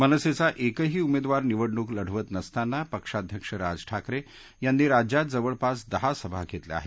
मनसेचा एकही उमेदवार निवडणूक लढवत नसतांना पक्षाध्यक्ष राज ठाकरे यांनी राज्यात जवळपास दहा सभा धेतल्या आहेत